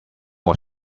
was